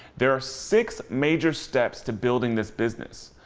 there are six major steps to building this business.